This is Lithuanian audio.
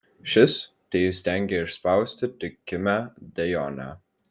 šis teįstengė išspausti tik kimią dejonę